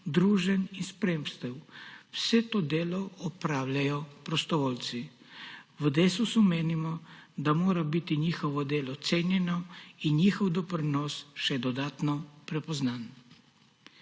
druženj in spremstev, vse to delo opravljajo prostovoljci. V Desusu menimo, da mora biti njihovo delo cenjeno in njihov doprinos še dodatno prepoznan.